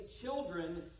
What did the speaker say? children